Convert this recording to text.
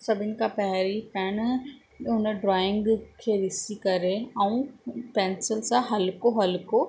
सभिनी खां पहिरीं पेन हुन ड्रॉइंग खे ॾिसी करे ऐं पेंसिल सां हल्को हल्को